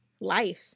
life